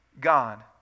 God